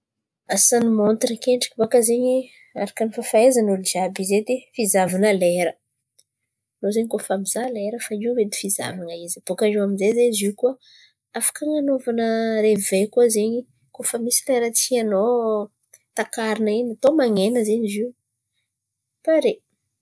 Asan'n̈y montra akendriky bôkà zen̈y arakan'n̈y fahaizan'olo jiàby izy edy fizahavava lera. An̈ao zen̈y kôa fa mizaha lera fa io edy fizahavana izy. Bôkà eo amin'jay zen̈y izy io koa afaka an̈anaovana reveil kôa zen̈y kôa fa misy lera tian̈ao takarina in̈y atao man̈ena zen̈y zio pare.